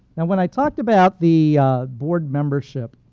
and when i talked about the board membership,